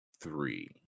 three